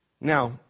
Now